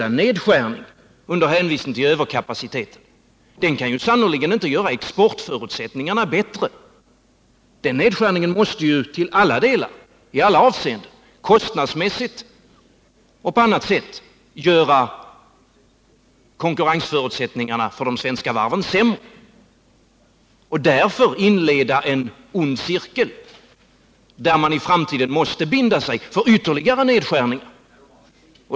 En nedskärning med hänvisning till överkapacitet kan sannerligen inte göra exportförutsättningarna bättre! Den nedskärningen måste i alla avseenden, kostnadsmässigt och på annat sätt, göra konkurrensförutsättningarna för de svenska varven sämre och leda in i en ond cirkel, där man i framtiden måste binda sig för ytterligare nedskärningar.